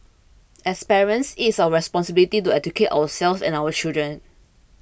as parents it is our responsibility to educate ourselves and our children